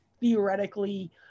theoretically